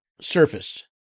surfaced